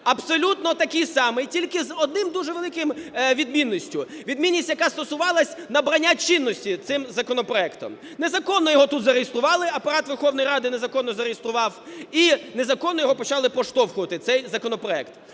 абсолютно такий самий, тільки з однією дуже великою відмінністю, відмінність, яка стосувалася набрання чинності цим законопроектом. Незаконно його тут зареєстрували, Апарат Верховної Ради незаконно зареєстрував і незаконно його почали проштовхувати цей законопроект.